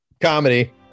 Comedy